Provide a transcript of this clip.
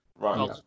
Right